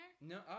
No